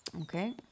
Okay